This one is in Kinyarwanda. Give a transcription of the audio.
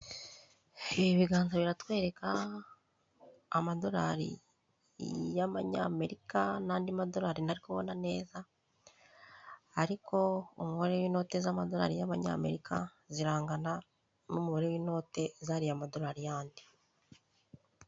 Ibi ibiganza biratwereka amadorari y'amanyamerika n'andi madorari ntari kubona neza ariko umubare w'inote z'amadorari y'amanyamerika zirangana n'umubare w'inote zariya madorari yandi.